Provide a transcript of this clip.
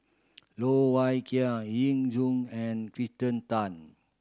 Loh Wai Kiew Yu Zhuye and Kirsten Tan